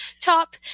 top